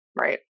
Right